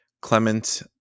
Clement